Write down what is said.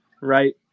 right